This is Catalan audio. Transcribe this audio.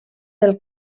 del